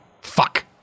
fuck